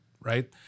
right